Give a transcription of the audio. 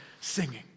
singing